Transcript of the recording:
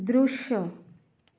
दृश्य